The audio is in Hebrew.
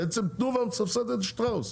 בעצם תנובה מסבסדת את שטראוס,